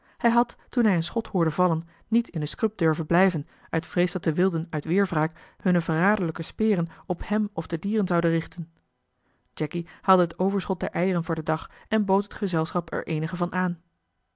hij had toen hij een schot hoorde vallen niet in de scrub durven blijven uit vrees dat de wilden uit weerwraak hunne verraderlijke speren op hem of de dieren zouden richten jacky haalde het overschot der eieren voor den dag en bood het gezelschap er eenige van aan